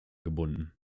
gebunden